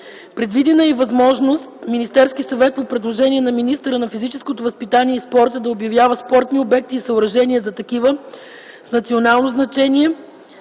Предвидена е и възможност Министерският съвет по предложение на министъра на физическото възпитание и спорта да обявява спортни обекти и съоръжения за такива с национално значение.